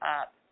up